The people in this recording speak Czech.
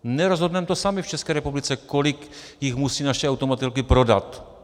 Nerozhodneme to sami v České republice, kolik jich musí naše automobilky prodat.